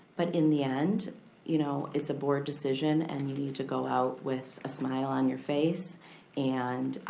but in the end you know it's a board decision and you need to go out with a smile on your face and